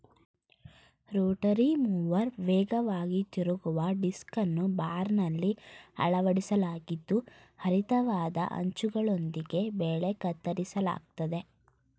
Rotary mower ವೇಗವಾಗಿ ತಿರುಗುವ ಡಿಸ್ಕನ್ನು ಬಾರ್ನಲ್ಲಿ ಅಳವಡಿಸಲಾಗಿದ್ದು ಹರಿತವಾದ ಅಂಚುಗಳೊಂದಿಗೆ ಬೆಳೆ ಕತ್ತರಿಸಲಾಗ್ತದೆ